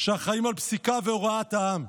שאחראים על פסיקה והוראת העם,